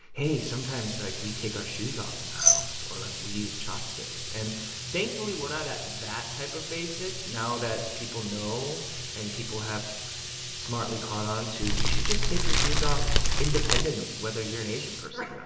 hey, sometimes, like, we take our shoes off in the house. or, like, we use chopsticks. and thankfully, we're not at that type of basic now that people know and people have smartly caught on to you should just take your shoes off, independent of whether you're an asian person or